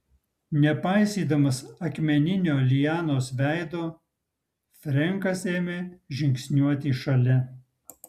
nepaisydamas akmeninio lianos veido frenkas ėmė žingsniuoti šalia